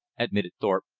admitted thorpe.